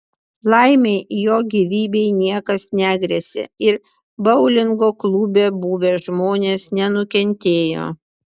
laimei jo gyvybei niekas negresia ir boulingo klube buvę žmonės nenukentėjo